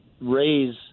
raise